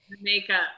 makeup